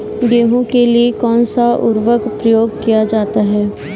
गेहूँ के लिए कौनसा उर्वरक प्रयोग किया जाता है?